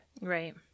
Right